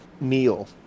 meal